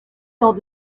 dans